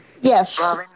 yes